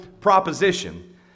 proposition